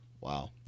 Wow